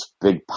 big